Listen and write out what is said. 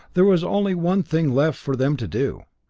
there was only one thing left for them to do.